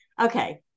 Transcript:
Okay